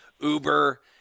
Uber